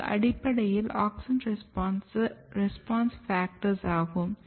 அது அடிப்படையில் AUXIN RESPONSE FACTORS ஆகும்